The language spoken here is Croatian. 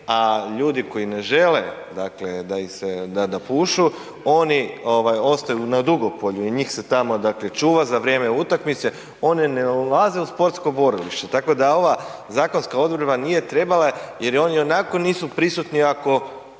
a ljudi koji ne žele dakle da pušu, oni ovaj ostaju na Dugopolju i njih se tamo dakle čuva za vrijeme utakmice, oni ne ulaze u sportsko borilište, tako da ova zakonska odredba nije trebala jer oni ionako nisu prisutni ako